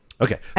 Okay